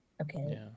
Okay